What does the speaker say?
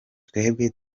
twebwe